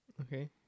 Okay